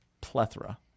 plethora